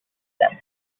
them